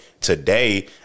today